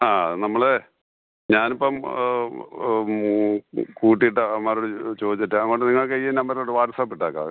ആ അത് നമ്മൾ ഞാനിപ്പം കൂട്ടിയിട്ട് അവന്മാരോട് ചോദിച്ചിട്ട് അങ്ങോട്ട് നിങ്ങൾക്ക് ഈ നമ്പറിലോട്ട് വാട്സാപ്പ് ഇട്ടേക്കാമേ